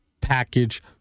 package